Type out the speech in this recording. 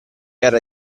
era